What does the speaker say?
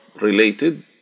related